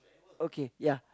okay ya